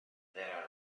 there